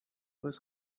was